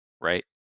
right